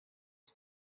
his